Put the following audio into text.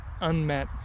unmet